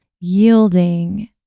yielding